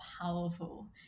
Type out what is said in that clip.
powerful